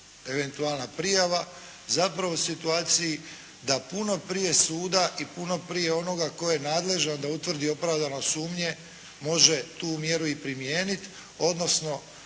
eventualna prijava zapravo u situaciji da puno prije suda i puno prije onoga tko je nadležan da utvrdi opravdanost sumnje može tu mjeru i primijeniti, odnosno